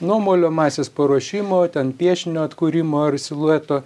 nuo molio masės paruošimo ten piešinio atkūrimo ar silueto